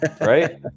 right